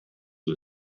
but